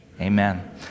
amen